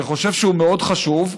אני חושב שהוא מאוד חשוב,